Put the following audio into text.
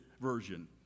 version